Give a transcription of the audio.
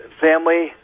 Family